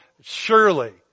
Surely